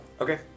Okay